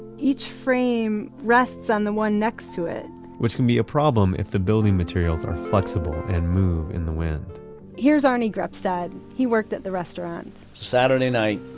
each frame rests on the one next to it which can be a problem if the building materials are flexible and move in the wind here's arnie grepstad, he worked at the restaurant saturday night,